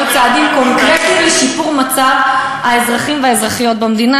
צעדים קונקרטיים לשיפור מצב האזרחים והאזרחיות במדינה.